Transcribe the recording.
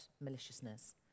maliciousness